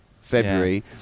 February